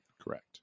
Correct